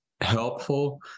helpful